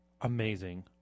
Amazing